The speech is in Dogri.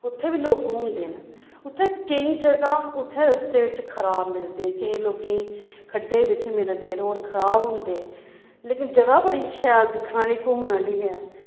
उत्थें बी लोग घूमदे न उत्थें केईं जगह् उत्थै रस्ते बिच्च खराब मिलदे केईं लोकें गी खड्डे बिच्च मिलदे रोड खराब होंदे लेकिन जगह् बड़ी शैल दिक्खने आह्ली घूमने आह्ली ऐ